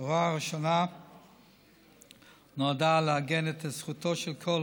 "ההוראה הראשונה נועדה לעגן את זכותו של כל